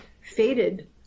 faded